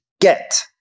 get